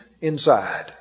inside